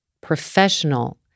professional